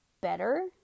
better